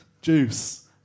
juice